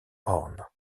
horn